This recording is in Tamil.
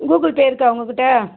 கூகிள் பே இருக்கா உங்கள் கிட்ட